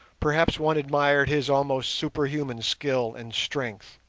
perhaps one admired his almost superhuman skill and strength,